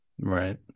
Right